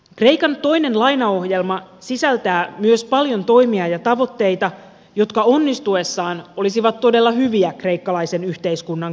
kreikan toinen lainaohjelma sisältää myös paljon toimia ja tavoitteita jotka onnistuessaan olisivat todella hyviä kreikkalaisen yhteiskunnan kannalta